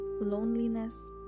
loneliness